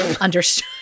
Understood